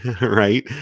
right